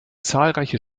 zahlreiche